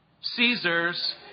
Caesar's